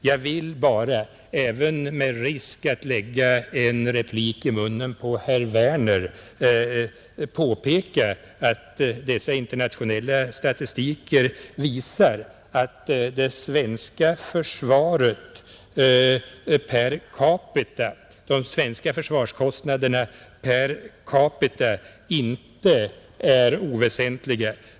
Jag vill endast, även med risk att lägga en replik i munnen på herr Werner i Tyresö, påpeka att dessa internationella statistiker visar att de svenska försvarskostnaderna per capita inte är oväsentliga.